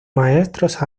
maestros